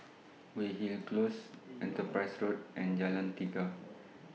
Weyhill Close Enterprise Road and Jalan Tiga